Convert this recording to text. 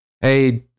Hey